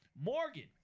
morgan